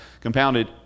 compounded